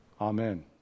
Amen